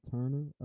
Turner